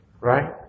Right